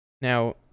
Now